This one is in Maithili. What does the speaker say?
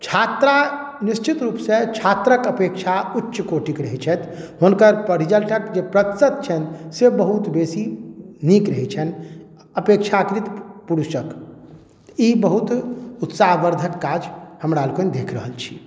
छात्रा निश्चित रूपसँ छात्रक अपेक्षा उच्च कोटिके रहैत छथि हुनकर रिजल्टक जे प्रतिशत छनि से बहुत बेसी नीक रहैत छनि अपेक्षाकृत पुरुषक ई बहुत उत्साहवर्धक काज हमरा लोकनि देख रहल छी